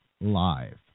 live